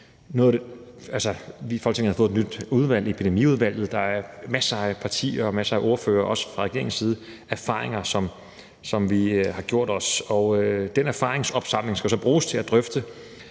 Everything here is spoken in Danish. har i Folketinget fået et nyt udvalg, Epidemiudvalget, og masser af partier, masser af ordførere, også fra regeringens side, har gjort sig erfaringer, og den erfaringsopsamling skal så bruges til at drøfte